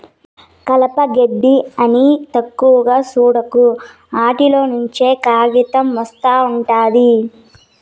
కలప, గెడ్డి అని తక్కువగా సూడకు, ఆటిల్లోంచే కాయితం ఒస్తా ఉండాది